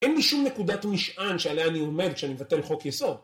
אין לי שום נקודת משען שעליה אני עומד כשאני מבטל חוק יסוד